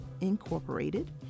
Incorporated